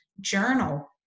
journal